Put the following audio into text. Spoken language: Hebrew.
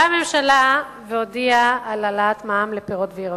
באה הממשלה והודיעה על העלאת מע"מ על פירות וירקות.